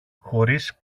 χωρίς